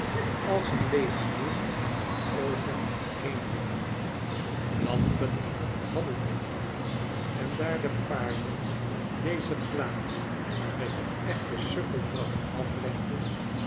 als een legmen van oogen heenblonk lampen hadden we niet en daar de paarden deze plaats met een echten sukkeldraf aflegden